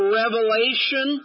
revelation